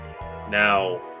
now